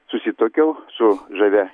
susituokiau su žavia